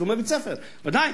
תשלומי בית-ספר בוודאי.